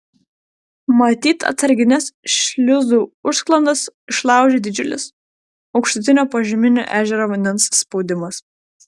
matyt atsargines šliuzų užsklandas išlaužė didžiulis aukštutinio požeminio ežero vandens spaudimas